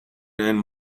and